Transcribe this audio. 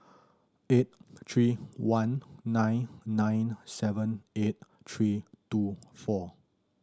eight three one nine nine seven eight three two four